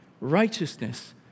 righteousness